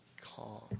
calm